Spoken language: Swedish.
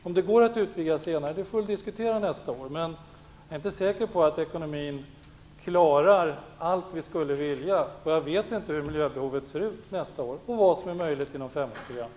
Om det går att utvidga senare, får vi diskutera nästa år. Men jag är inte säker på att ekonomin klarar allt som vi skulle vilja göra. Och jag vet inte hur miljöbehovet kommer att se ut nästa år och vad som är möjligt inom femårsprogrammet.